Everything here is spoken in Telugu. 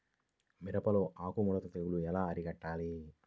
మిరపలో ఆకు ముడత తెగులు ఎలా అరికట్టాలి?